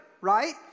right